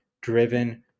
driven